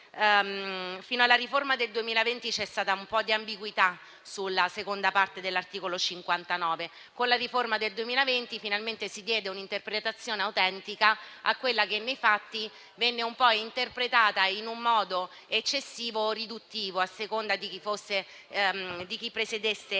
Fino alla riforma del 2020, c'è stata un po' di ambiguità sulla seconda parte dell'articolo 59. Con la riforma del 2020, finalmente, si diede un'interpretazione autentica a quella norma che, nei fatti, veniva interpretata in un modo eccessivo o riduttivo, a seconda di chi fosse il